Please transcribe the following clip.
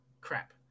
crap